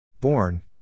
Born